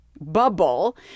bubble